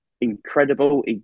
incredible